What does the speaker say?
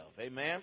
Amen